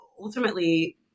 ultimately